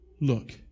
look